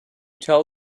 tell